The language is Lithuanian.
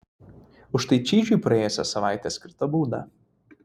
už tai čyžiui praėjusią savaitę skirta bauda